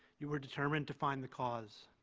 you were determined to find the cause.